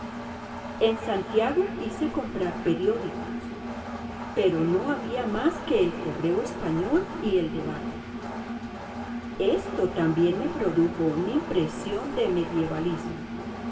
en santiago quise comprar periódicos pero no había más que el correo español y el debate esto también me produjo una impresión de medievalismo